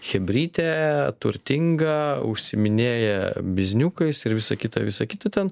chebrytė turtinga užsiiminėja bizniukais ir visa kita visa kita ten